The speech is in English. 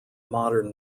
modern